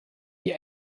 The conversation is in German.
die